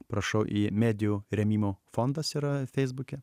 prašau medijų rėmimo fondas yra feisbuke